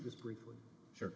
just briefly sure